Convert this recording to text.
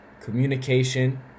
Communication